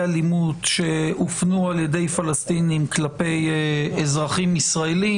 אלימות שהופנו על ידי פלסטינים כלפי אזרחים ישראלים,